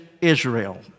Israel